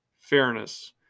fairness